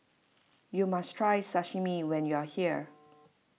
you must try Sashimi when you are here